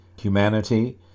Humanity